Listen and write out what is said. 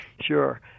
Sure